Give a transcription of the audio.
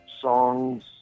songs